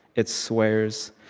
it swears,